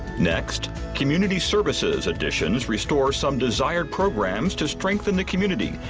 next, community services additions restore some desired programs to strengthen the community,